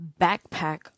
backpack